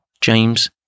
James